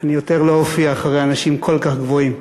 אני יותר לא אופיע אחרי אנשים כל כך גבוהים.